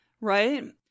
right